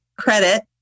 credit